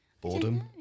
Boredom